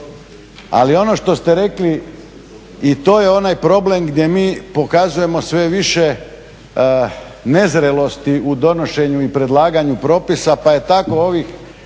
Ali ono što ste rekli i to je onaj problem gdje mi pokazujemo sve više nezrelosti u donošenju i predlaganju propisa pa je tako ovih